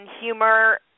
humor